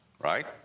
right